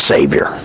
Savior